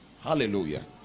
Hallelujah